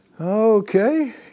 Okay